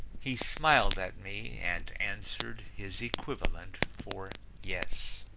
he smiled at me and answered his equivalent for yes.